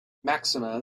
maxima